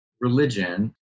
religion